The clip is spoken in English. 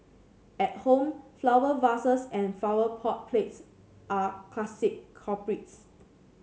at home flower vases and flower pot plates are classic culprits